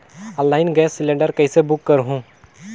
Online gas cylinder कइसे book करहु?